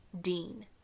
Dean